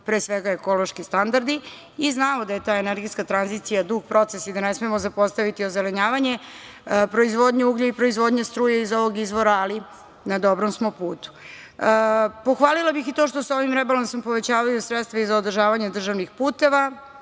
pre svega ekološki standardi. Znamo da je ta energetska tranzicija dug proces i da ne smemo zapostaviti ozelenjavanje, proizvodnju uglja i proizvodnja struje iz ovog izvora, ali na dobrom smo putu. Pohvalila bih i to što se sa ovim rebalansom povećavaju sredstva za održavanje državnih puteva,